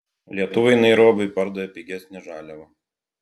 lietuviai nairobiui pardavė pigesnę žaliavą